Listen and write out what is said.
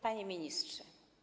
Panie Ministrze!